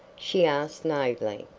she asked naively.